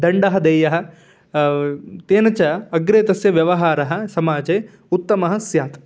दण्डः देयः तेन च अग्रे तस्य व्यवहारः समाजे उत्तमः स्यात्